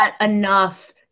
enough